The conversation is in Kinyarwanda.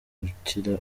gukira